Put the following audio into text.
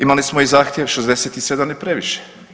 Imali smo i zahtjev 67 je previše.